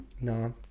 No